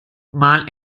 mal